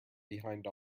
behind